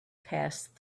passed